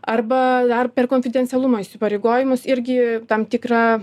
arba dar per konfidencialumo įsipareigojimus irgi tam tikrą